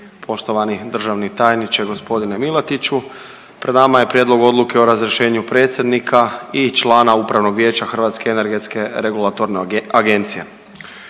poštovani državni tajniče g. Milatiću. Pred nama je Prijedlog Odluke o razrješenju predsjednika i člana Upravnog vijeća HERA-e. Iako se ova točka odnosi